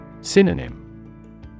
Synonym